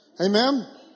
Amen